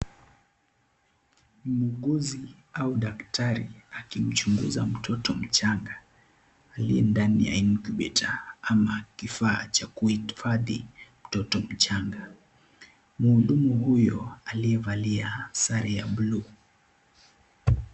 Muuguzi au daktari akimchunguza mtoto mchanga aliye ndani ya incubator ama kifaa cha kuhifadhi mtoto mchanga mhudumu huyo aliyevalia sare ya bluu.